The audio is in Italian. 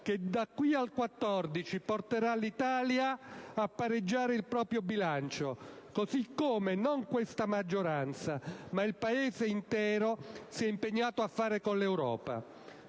che da qui al 2014 porterà l'Italia a pareggiare il proprio bilancio così come non questa maggioranza, ma il Paese intero si è impegnato a fare con l'Europa.